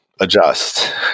adjust